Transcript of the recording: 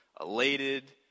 elated